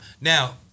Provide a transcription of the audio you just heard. Now